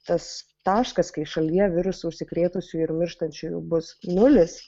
tas taškas kai šalyje virusu užsikrėtusių ir mirštančiųjų bus nulis